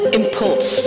impulse